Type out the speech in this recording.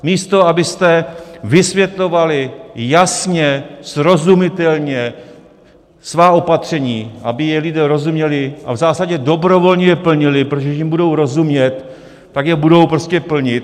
Místo abyste vysvětlovali jasně, srozumitelně svá opatření, aby jim lidé rozuměli a v zásadě dobrovolně je plnili, protože když jim budou rozumět, tak je budou prostě plnit.